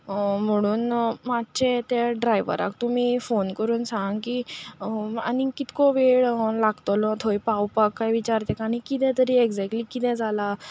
म्हणून मातशे त्या ड्रायव्हराक तुमी फोन करून सांग की आनीक कितको वेळ लागतलो थंय पावपाक काय विचार तेका आनी कितें तरी एक्झेक्ट्ली कितें जालां